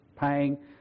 paying